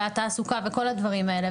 והתעסוקה וכל הדברים האלה.